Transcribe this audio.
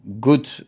good